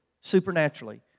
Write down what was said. supernaturally